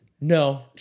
No